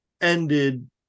ended